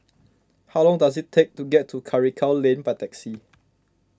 how long does it take to get to Karikal Lane by taxi